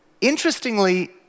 interestingly